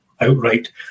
outright